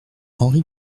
henri